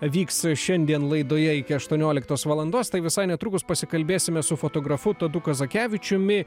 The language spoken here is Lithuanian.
vyksta šiandien laidoje iki aštuonioliktos valandos tai visai netrukus pasikalbėsime su fotografu tadu kazakevičiumi